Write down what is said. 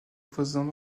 voisins